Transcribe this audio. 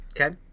Okay